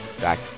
back